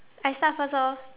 I start first orh